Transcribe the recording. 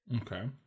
Okay